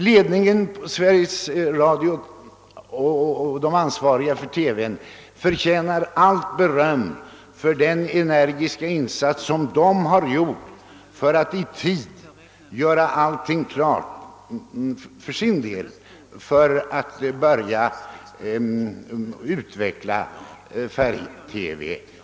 Ledningarna för Sveriges Radio och TV förtjänar allt beröm för den energiska insats de gjort för att för sin del i tid göra allt klart för att utveckla färgtelevisionen.